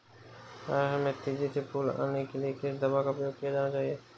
अरहर में तेजी से फूल आने के लिए किस दवा का प्रयोग किया जाना चाहिए?